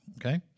Okay